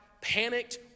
panicked